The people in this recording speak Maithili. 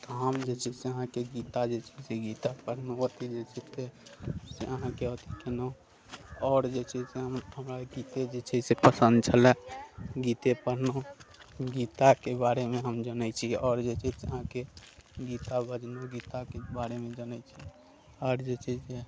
हम जे छै से अहाँके गीता जे छै से गीता पढ़लहुँ अथी जे छै से से अहाँके अथी केलहुँ आओर जे छै से हम हमरा गीते जे छै से पसन्द छलै गीते पढ़लहुँ गीताके बारेमे हम जनै छी आओर जे छै से अहाँके गीता बजलहुँ गीताके बारेमे जनै छी आओर जे छै से